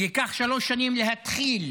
ייקח שלוש שנים להתחיל